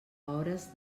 hores